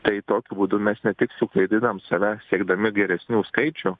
tai tokiu būdu mes ne tik suklaidinam save siekdami geresnių skaičių